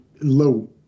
low